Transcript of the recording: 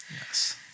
Yes